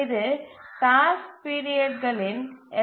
இது டாஸ்க் பீரியட்களின் எல்